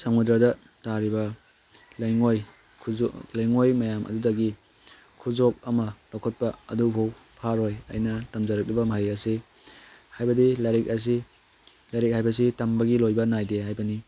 ꯁꯃꯨꯗ꯭ꯔꯗ ꯇꯥꯔꯤꯕ ꯂꯩꯉꯣꯏ ꯂꯩꯉꯣꯏ ꯃꯌꯥꯝ ꯑꯗꯨꯗꯒꯤ ꯈꯨꯖꯣꯞ ꯑꯃ ꯂꯧꯈꯠꯄ ꯑꯗꯨꯐꯧ ꯐꯥꯔꯣꯏ ꯑꯩꯅ ꯇꯝꯖꯔꯛꯂꯤꯕ ꯃꯍꯩ ꯑꯁꯤ ꯍꯥꯏꯕꯗꯤ ꯂꯥꯏꯔꯤꯛ ꯑꯁꯤ ꯂꯥꯏꯔꯤꯛ ꯍꯥꯏꯕꯁꯤ ꯇꯝꯕꯒꯤ ꯂꯣꯏꯕ ꯅꯥꯏꯗꯦ ꯍꯥꯏꯕꯅꯤ